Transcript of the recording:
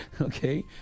Okay